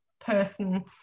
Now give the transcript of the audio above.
person